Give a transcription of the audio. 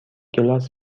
کلاس